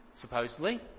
Supposedly